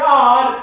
God